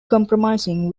compromising